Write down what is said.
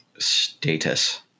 Status